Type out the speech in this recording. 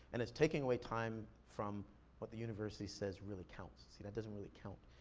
and it's taking away time from what the university says really counts. see, that doesn't really count.